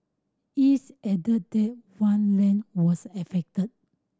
is added that one lane was affected